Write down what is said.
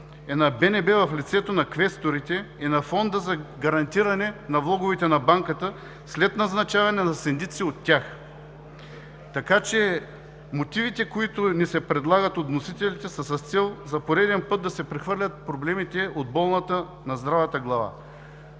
е на БНБ в лицето на квесторите и на Фонда за гарантиране на влоговете в банките след назначаване на синдици от тях. Мотивите, които ни се предлагат от вносителите, са с цел за пореден път да се прехвърлят проблемите от болната на здравата глава.